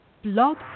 blog